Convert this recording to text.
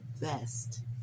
best